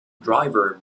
driver